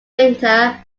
winter